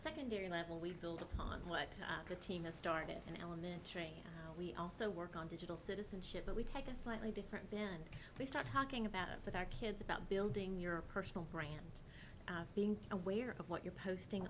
secondary level we build upon what the team has started in elementary we also work on digital citizenship but we take a slightly different then they start talking about it with our kids about building your personal brand being aware of what you're posting